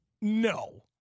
No